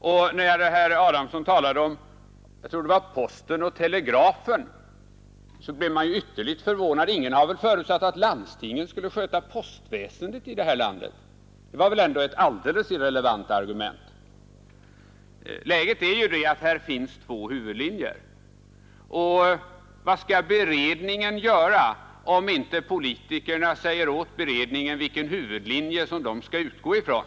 Jag blev därför ytterligt förvånad när jag hörde herr Adamsson tala om posten och telegrafen. Ingen har väl förutsatt att landstingen skulle sköta postväsendet här i landet. Det var väl ändå ett helt irrelevant argument! Läget är att det finns två huvudlinjer, och vad skall beredningen göra om inte politikerna säger åt beredningen vilken huvudlinje den skall utgå ifrån?